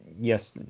Yes